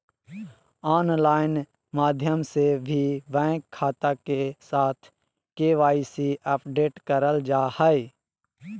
online माध्यम से भी बैंक खाता के साथ के.वाई.सी अपडेट करल जा हय